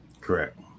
Correct